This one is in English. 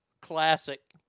classic